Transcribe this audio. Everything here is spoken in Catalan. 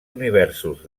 universos